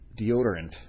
deodorant